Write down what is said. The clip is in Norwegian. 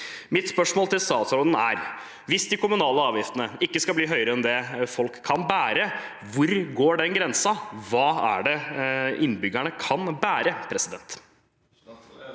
Mitt spørsmål til statsråden er: Hvis de kommunale avgiftene ikke skal bli høyere enn det folk kan bære, hvor går den grensen? Hva er det innbyggerne kan bære?